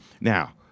Now